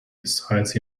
resides